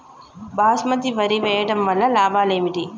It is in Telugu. బాస్మతి వరి వేయటం వల్ల లాభాలు ఏమిటి?